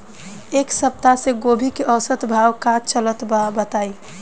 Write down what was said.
एक सप्ताह से गोभी के औसत भाव का चलत बा बताई?